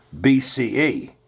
BCE